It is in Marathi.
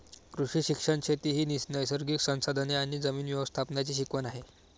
कृषी शिक्षण शेती ही नैसर्गिक संसाधने आणि जमीन व्यवस्थापनाची शिकवण आहे